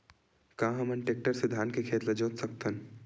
का हमन टेक्टर से धान के खेत ल जोत सकथन?